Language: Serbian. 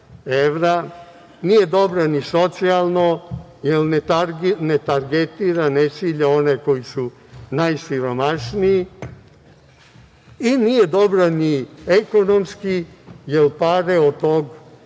Nije dobro ni socijalno, jer ne targetira, ne cilja one koji su najsiromašniji. Nije dobra ni ekonomski, jer pare od te